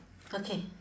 okay